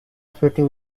flirting